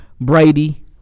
Brady